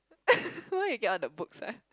where you get all the books ah